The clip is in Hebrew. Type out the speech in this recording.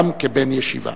גם כבן ישיבה.